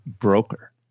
broker